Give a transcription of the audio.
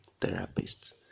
therapist